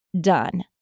done